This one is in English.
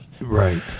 Right